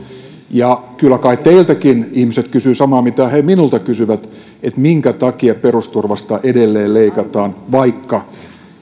ja kyllä kai teiltäkin ihmiset kysyvät samaa mitä he minulta kysyvät että minkä takia perusturvasta edelleen leikataan vaikka